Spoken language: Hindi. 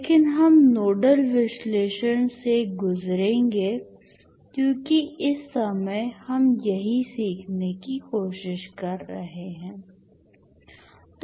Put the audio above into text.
लेकिन हम नोडल विश्लेषण से गुजरेंगे क्योंकि इस समय हम यही सीखने की कोशिश कर रहे हैं